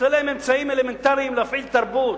חסרים להם אמצעים אלמנטריים להפעיל תרבות.